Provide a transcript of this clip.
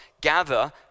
gather